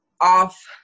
off